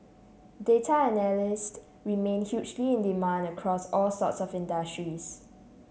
data analysts remain hugely in demand across all sorts of industries